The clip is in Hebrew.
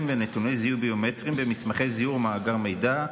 ונתוני זיהוי ביומטריים במסמכי זיהוי ומאגר מידע,